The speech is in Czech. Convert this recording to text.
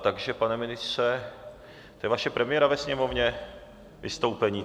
Takže pane ministře to je vaše premiéra ve Sněmovně, vystoupení?